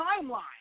timeline